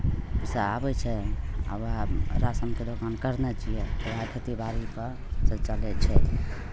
सँ आबै छै आ उएह राशनके दोकान करने छियै उएह खेतीबाड़ीके से चलै छै